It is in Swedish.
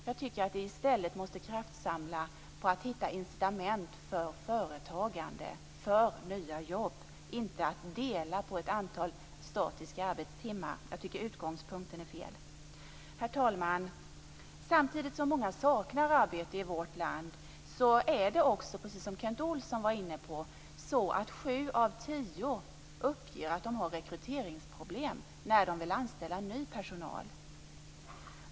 Jag tycker att vi i stället måste kraftsamla för att hitta incitament för företagande, för nya jobb, inte dela på ett antal statiska arbetstimmar. Jag tycker att utgångspunkten är fel. Herr talman! Samtidigt som många saknar arbete i vårt land är det, precis som Kent Olsson var inne på, så att sju av tio uppger att de har rekryteringsproblem när de vill anställa ny personal.